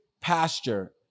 pasture